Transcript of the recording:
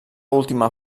última